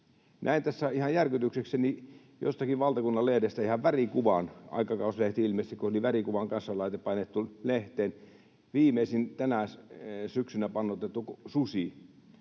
Näin tässä ihan järkytyksekseni jostakin valtakunnan lehdestä ihan värikuvan, aikakauslehti ilmeisesti, kun oli värikuvan kanssa painettu lehteen: viimeisin tänä syksynä pannoitettu susi.